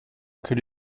could